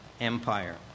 Empire